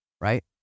right